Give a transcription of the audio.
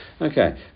Okay